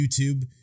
youtube